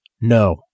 No